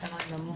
בסדר גמור.